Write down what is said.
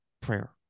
prayer